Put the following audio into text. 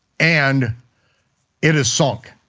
and it is sunk.